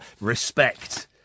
Respect